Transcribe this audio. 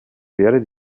werde